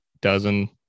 dozen